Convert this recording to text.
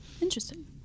Interesting